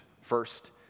first